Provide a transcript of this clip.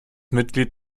mitglied